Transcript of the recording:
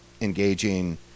engaging